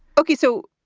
ok. so,